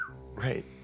Right